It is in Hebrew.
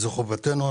זו חובתנו.